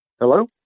Hello